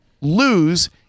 lose